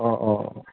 অঁ অঁ অঁ